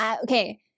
okay